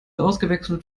ausgewechselt